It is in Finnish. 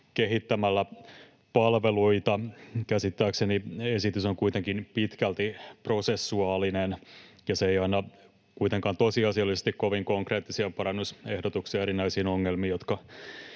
kehittämällä palveluita. Käsittääkseni esitys on kuitenkin pitkälti prosessuaalinen, ja se ei anna kuitenkaan tosiasiallisesti kovin konkreettisia parannusehdotuksia erinäisiin ongelmiin, jotka